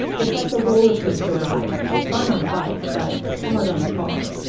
it's like a roller coaster ride, fun on a bike but hard on a car